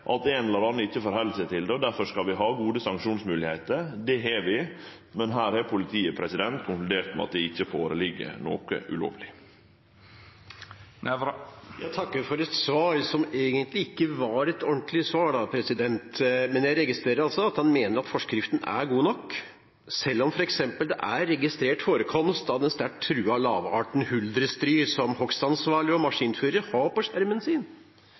at ein eller annan ikkje held seg til det. Difor skal vi ha gode sanksjonsmoglegheiter. Det har vi, men her har politiet konkludert med at det ikkje ligg føre noko ulovleg. Jeg takker for et svar som egentlig ikke var et ordentlig svar, men jeg registrerer at statsråden mener at forskriften er god nok, selv om det f.eks. er registrert forekomst av den sterkt truede lavarten huldrestry, som hogstansvarlige og maskinførere har på skjermen sin.